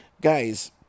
guys